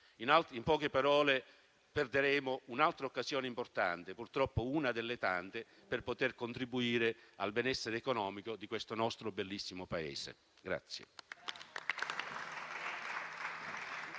In poche parole, perderemo un'altra occasione importante, purtroppo una delle tante, per poter contribuire al benessere economico di questo nostro bellissimo Paese.